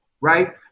right